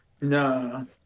No